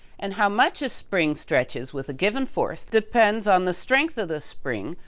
and how much a spring stretches with a given force depends on the strength of the spring,